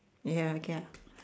ya okay ah